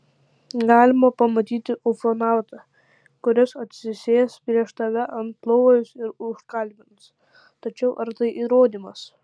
galima pamatyti ufonautą kuris atsisės prieš tave ant lovos ir užkalbins tačiau ar tai įrodymas